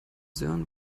sören